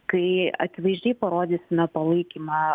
kai akivaizdžiai parodysime palaikymą